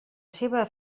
seua